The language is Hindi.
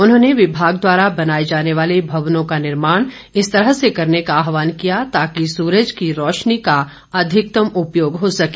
उन्होंने विभाग द्वारा बनाए जाने वाले भवनों का निर्माण इस तरह से करने का आह्वान किया ताकि सूरज की रोशनी का अधिकतम उपयोग हो सके